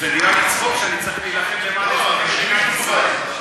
זה נראה לי צחוק שאני צריך להילחם למען אזרחי מדינת ישראל.